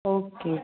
okay